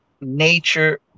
nature